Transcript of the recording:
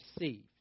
received